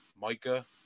Micah